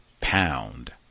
pound